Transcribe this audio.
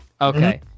okay